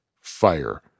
Fire